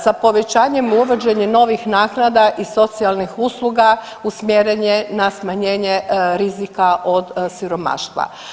Sa povećanjem i uvođenjem novih naknada i socijalnih usluga usmjeren je na smanjenje rizika od siromaštva.